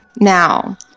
Now